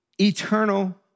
eternal